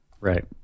Right